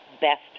best